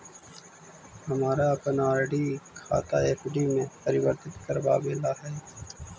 हमारा अपन आर.डी खाता एफ.डी में परिवर्तित करवावे ला हई